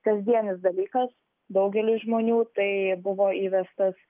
kasdienis dalykas daugeliui žmonių tai buvo įvestas